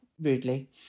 rudely